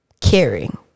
caring